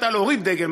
מתי להוריד דגל,